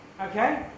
okay